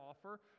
offer